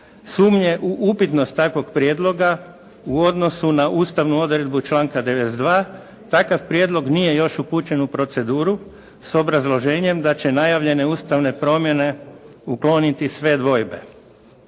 sumnje u upitnost takvog prijedloga u odnosu na ustavnu odredbu članka 92. takav prijedlog nije još upućen u proceduru s obrazloženjem da će najavljene ustavne promjene ukloniti sve dvojbe.